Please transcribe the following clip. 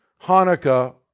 Hanukkah